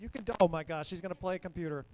you can double my gosh she's going to play computer